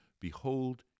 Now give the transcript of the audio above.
Behold